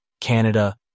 Canada